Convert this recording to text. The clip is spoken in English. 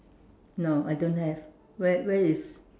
no I don't have where where is